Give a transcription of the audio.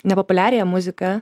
ne populiariąją muziką